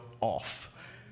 off